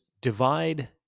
divide